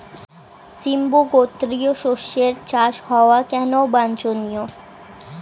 সিম্বু গোত্রীয় শস্যের চাষ হওয়া কেন বাঞ্ছনীয়?